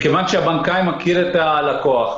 מכיוון שהבנקאי מכיר את הלקוח,